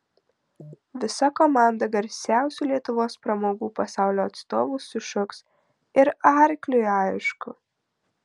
visa komanda garsiausių lietuvos pramogų pasaulio atstovų sušuks ir arkliui aišku